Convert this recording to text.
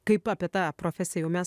kaip apie tą profesiją jau mes